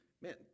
man